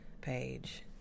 Page